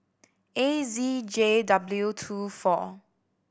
A Z J W two four